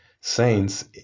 saints